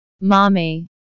Mommy